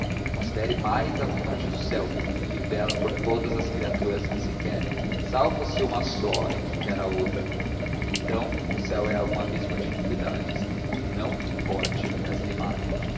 considere mais a vontade do céu que vela por todas as criaturas que se querem salvo se uma só é que quer a outra porque então o céu é um abismo de iniquidades e não lhe importe esta imagem